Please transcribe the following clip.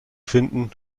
finden